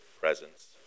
presence